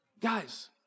Guys